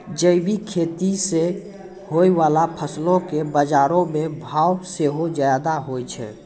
जैविक खेती से होय बाला फसलो के बजारो मे भाव सेहो ज्यादा होय छै